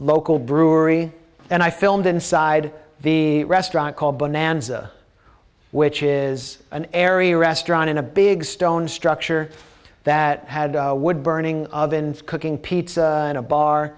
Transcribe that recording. local brewery and i filmed inside the restaurant called bonanza which is an area restaurant in a big stone structure that had wood burning of ins cooking pizza in a bar